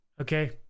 okay